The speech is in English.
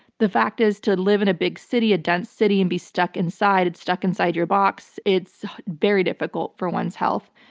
the fact is to live in a big city, a dense city, and be stuck inside and stuck inside your box, it's very difficult for one's health.